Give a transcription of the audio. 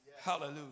Hallelujah